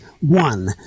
One